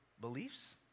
beliefs